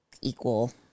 equal